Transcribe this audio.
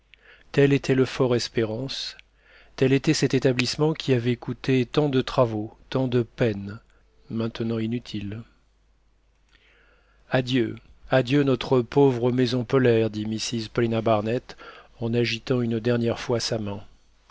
tel était le fortespérance tel était cet établissement qui avait coûté tant de travaux tant de peines maintenant inutiles adieu adieu notre pauvre maison polaire dit mrs paulina barnett en agitant une dernière fois sa main